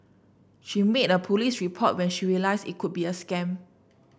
she made a police report when she realised it could be a scam